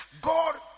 God